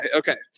okay